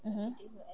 mmhmm